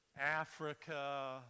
Africa